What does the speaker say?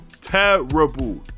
terrible